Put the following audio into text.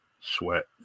sweat